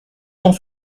cent